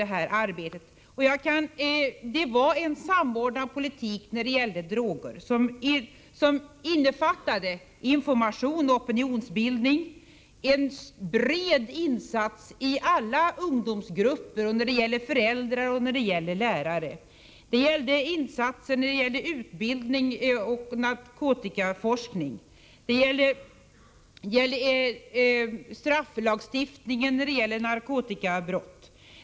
Det var en samordnad politik när det gäller droger som innefattade information och opinionsbildning, en bred insats i alla ungdomsgrupper och beträffande föräldrar och lärare. Det var insatser i fråga om utbildning och narkotikaforskning. Det gällde strafflagstiftningen beträffande narkotikabrott.